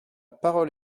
parole